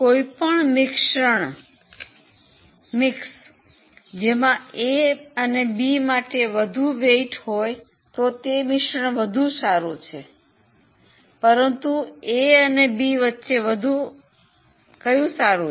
કોઈપણ મિશ્રણ જેમાં એ અને બી માટે વધુ વેઈટ હોય તે મિશ્રણ વધુ સારું છે પરંતુ એ અને બી વચ્ચે વધુ સારું કયું છે